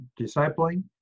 discipling